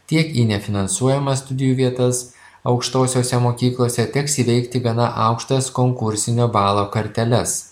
tiek į nefinansuojamas studijų vietas aukštosiose mokyklose teks įveikti gana aukštas konkursinio balo karteles